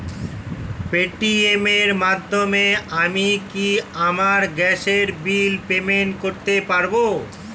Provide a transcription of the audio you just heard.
Paytm এর মাধ্যমে আমি কি আমার গ্যাসের বিল পেমেন্ট করতে পারব?